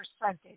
percentage